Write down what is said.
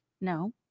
No